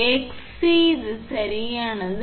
𝑋𝑐 இது 𝑋𝑐 இது சரியானது